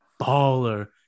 baller